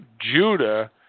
Judah